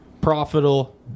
profitable